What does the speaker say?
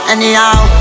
Anyhow